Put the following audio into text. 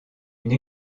une